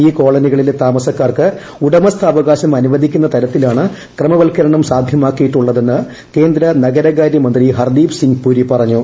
ഈ കോളനികളിലെ താമസക്കാർക്ക് ഉടമസ്ഥാ്വകാശം അനുവദിക്കുന്ന തരത്തിലാണ് ക്രമവൽക്കരണം സാധൃമാക്കിയിട്ടുള്ളതെന്ന് കേന്ദ്ര നഗരകാരൃ മന്ത്രി ഹർദീപ് സിംഗ് പുരി പറഞ്ഞു